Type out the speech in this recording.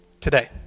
today